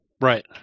Right